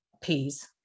peas